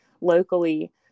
locally